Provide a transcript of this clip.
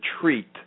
treat